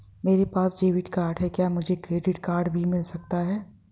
मेरे पास debit card है क्या मुझे क्रेडिट कार्ड भी मिल सकता है?